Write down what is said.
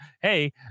Hey